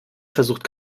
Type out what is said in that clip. versucht